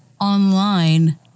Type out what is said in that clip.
online